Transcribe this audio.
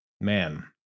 man